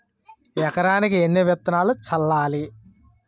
ఎకరానికి ఎన్ని విత్తనాలు చల్లాలి?